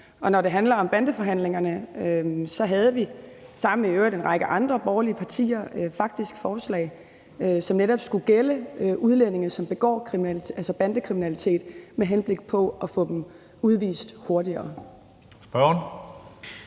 Og når det handler om bandeforhandlingerne, havde vi sammen med i øvrigt en række andre borgerlige partier faktisk et forslag, som netop skulle gælde udlændinge, der begår bandekriminalitet, med henblik på at få dem udvist hurtigere. Kl.